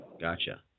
Gotcha